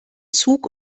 zug